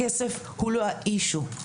הכסף הוא לא האישיו.